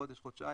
חודש-חודשיים,